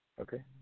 Okay